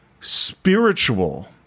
spiritual